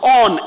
on